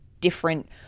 different